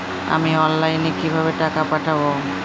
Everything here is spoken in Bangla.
আমি অনলাইনে কিভাবে টাকা পাঠাব?